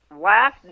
last